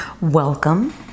welcome